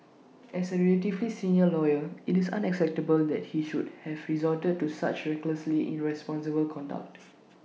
as A relatively senior lawyer IT is unacceptable that he should have resorted to such recklessly irresponsible conduct